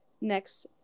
next